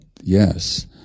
yes